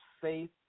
faith